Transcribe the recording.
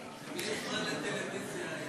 גז יוצא כל פעם שאתה מדבר, גם בשיחה קצרה.